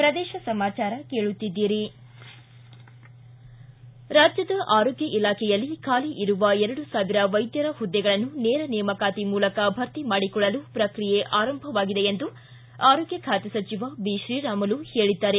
ಪ್ರದೇಶ ಸಮಾಚಾರ ಕೇಳುತ್ತೀದ್ದಿರಿ ರಾಜ್ಯದ ಆರೋಗ್ಯ ಇಲಾಖೆಯಲ್ಲಿ ಖಾಲಿ ಇರುವ ಎರಡು ಸಾವಿರ ವೈದ್ವರ ಹುದ್ದೆಗಳನ್ನು ನೇರ ನೇಮಕಾತಿ ಮೂಲಕ ಭರ್ತಿ ಮಾಡಿಕೊಳ್ಳಲು ಪ್ರಕ್ರಿಯೆ ಆರಂಭಗೊಂಡಿದೆ ಎಂದು ಆರೋಗ್ಯ ಖಾತೆ ಸಚಿವ ಶ್ರೀರಾಮುಲು ಹೇಳಿದ್ದಾರೆ